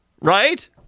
right